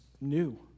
new